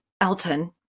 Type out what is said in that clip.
Elton